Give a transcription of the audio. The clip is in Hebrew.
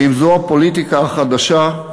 ואם זו הפוליטיקה החדשה,